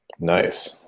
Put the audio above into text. Nice